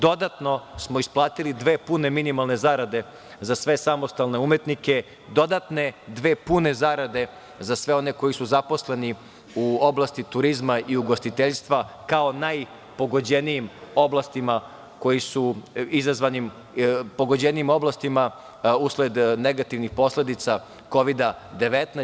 Dodatno smo ispaliti dve pune minimalne zarade za sve samostalne umetnike, dodatne dve pune zarade za sve one koji su zaposleni u oblasti turizma i ugostiteljstva, kao najpogođenijim oblastima usled negativnih posledica COVID-19.